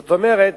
זאת אומרת,